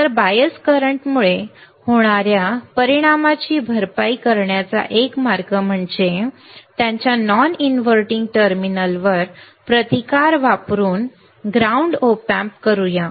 तर बायस करंटमुळे होणाऱ्या परिणामाची भरपाई करण्याचा एक मार्ग म्हणजे त्यांच्या नॉन इनव्हर्टिंग टर्मिनलवर प्रतिकार वापरून ग्राउंड ऑप एम्प करूया